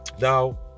Now